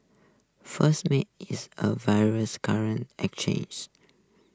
first Meta is a various currency exchanges